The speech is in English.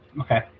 Okay